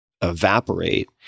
evaporate